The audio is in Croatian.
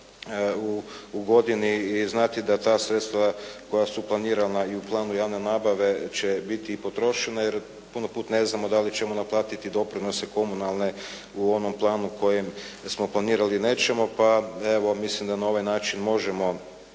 u godini i znati da ta sredstva koja su planirana i u planu javne nabave će biti i potrošena jer puno puta ne znamo da li ćemo naplatiti doprinose komunalne u onom planu u kojem smo planirali ili nećemo. Pa evo mislim da na ovaj način možemo